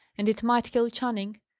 and it might kill channing.